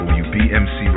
wbmc